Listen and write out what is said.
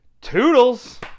toodles